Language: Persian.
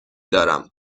دارم